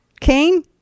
Kane